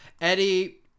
Eddie